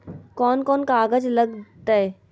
कौन कौन कागज लग तय?